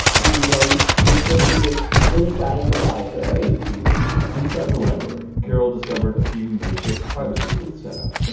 and then you proceeded inside the library inside the library, carol discovered a few makeshift privacy booths set up,